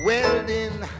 Welding